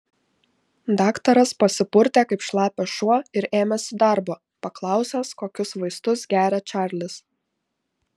daktaras pasipurtė kaip šlapias šuo ir ėmėsi darbo paklausęs kokius vaistus geria čarlis